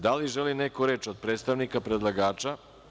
Da li neko želi reč od predstavnika predlagača?